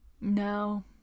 no